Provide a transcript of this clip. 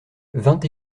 vingt